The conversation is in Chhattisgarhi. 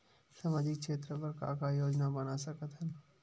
सामाजिक क्षेत्र बर का का योजना बना सकत हन?